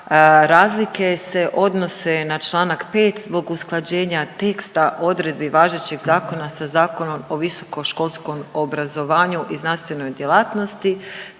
razlike se odnose na čl. 5 zbog usklađenja teksta odredbi važećeg zakona sa Zakonom o visokoškolskom obrazovanju i znanstvenoj djelatnosti